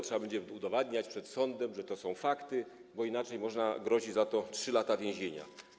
Trzeba będzie udowadniać przed sądem, że to są fakty, bo inaczej grożą za to 3 lata więzienia.